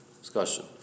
discussion